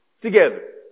together